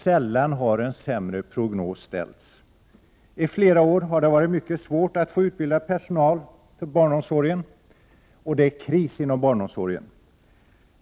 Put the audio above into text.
Sällan har en sämre prognos ställts. I flera år har det varit mycket svårt att få utbildad personal till barnomsorgen. Det är kris inom barnomsorgen.